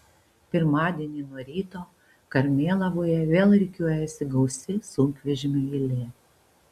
pirmadienį nuo ryto karmėlavoje vėl rikiuojasi gausi sunkvežimių eilė